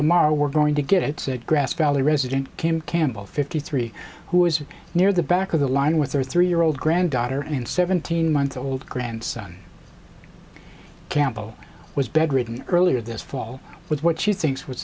tomorrow we're going to get it said grass valley resident kim campbell fifty three who was near the back of the line with her three year old granddaughter and seventeen month old grandson campbell was bedridden earlier this fall with what she thinks was